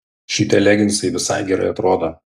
šitie leginsai visai gerai atrodo